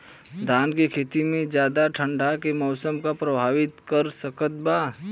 धान के खेती में ज्यादा ठंडा के मौसम का प्रभावित कर सकता बा?